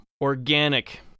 organic